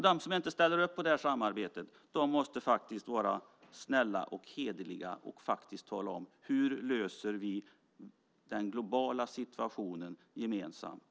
De som inte ställer upp på det här samarbetet måste faktiskt vara snälla och hederliga och tala om hur vi löser den globala situationen gemensamt.